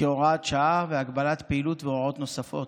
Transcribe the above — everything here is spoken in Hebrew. (הוראת שעה) (הגבלת פעילות והוראות נוספות)